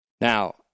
Now